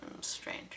strange